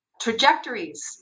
trajectories